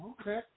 Okay